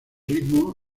ritmo